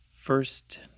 first